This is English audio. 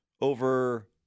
over